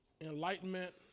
enlightenment